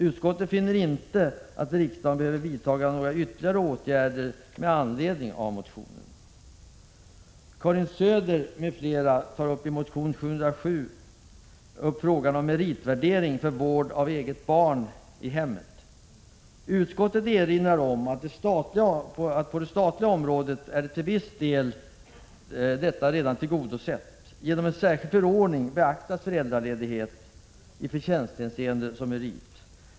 Utskottet finner inte att riksdagen behöver vidtaga någon ytterligare åtgärd med anledning av motionen. Utskottet erinrar om att på det statliga området är detta krav till viss del redan tillgodosett. Genom en särskild förordning beaktas föräldraledighet i förtjänsthänseende som merit.